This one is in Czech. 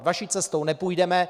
Vaší cestou nepůjdeme.